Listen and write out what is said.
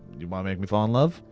you wanna make me fall in love?